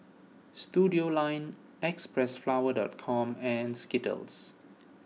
Studioline Xpressflower the Com and Skittles